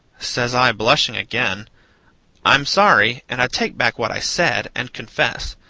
says i, blushing again i'm sorry, and i take back what i said, and confess.